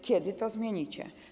Kiedy to zmienicie?